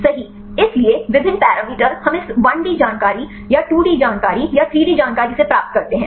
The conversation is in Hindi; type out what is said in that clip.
सही इसलिए विभिन्न पैरामीटर हम इस 1 डी जानकारी या 2 डी जानकारी या 3 डी जानकारी से प्राप्त करते हैं